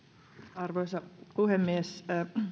arvoisa puhemies